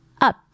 up